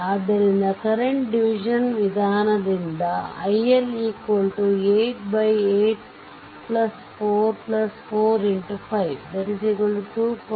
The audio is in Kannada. ಆದ್ದರಿಂದ ಕರೆಂಟ್ ಡಿವಿಷನ್ ವಿಧಾನದಿಂದ iL 8 84452